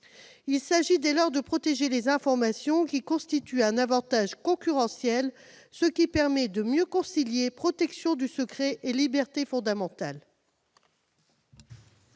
Il s'agit, dès lors, de protéger les informations qui constituent un avantage concurrentiel. Cela permet de mieux concilier protection du secret et liberté fondamentale.